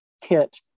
kit